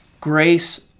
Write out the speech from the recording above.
Grace